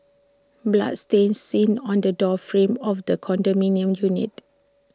blood stain seen on the door frame of the condominium unit